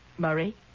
Murray